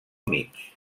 mig